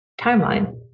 timeline